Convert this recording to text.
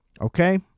Okay